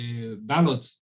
ballot